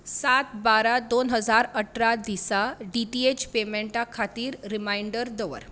सात बारा दोन हजार अठरा दिसा डी टी एच पेमेंटा खातीर रिमांयडर दवर